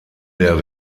der